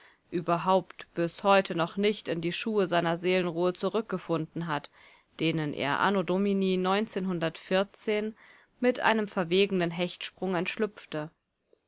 überhaupt bis heute noch nicht in die schuhe seiner seelenruhe zurückgefunden hat denen er anno domini mit einem verwegenen hechtsprung entschlüpfte